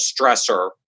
stressor